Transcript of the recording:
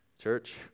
Church